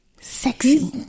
sexy